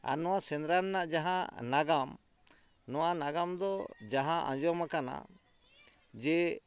ᱟᱨ ᱱᱚᱣᱟ ᱥᱮᱸᱫᱽᱨᱟ ᱨᱮᱱᱟᱜ ᱡᱟᱦᱟᱸ ᱱᱟᱜᱟᱢ ᱱᱚᱣᱟ ᱱᱟᱜᱟᱢ ᱫᱚ ᱡᱟᱦᱟᱸ ᱟᱸᱡᱚᱢ ᱠᱟᱱᱟ ᱡᱮ